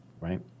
right